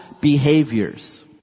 behaviors